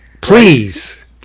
Please